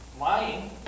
lying